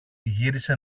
γύρισε